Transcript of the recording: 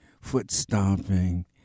foot-stomping